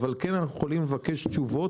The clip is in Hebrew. אבל אנחנו כן יכולים לבקש תשובות